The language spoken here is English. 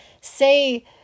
say